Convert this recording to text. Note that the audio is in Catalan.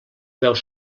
veus